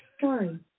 Sorry